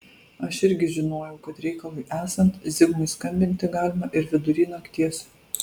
aš irgi žinojau kad reikalui esant zigmui skambinti galima ir vidury nakties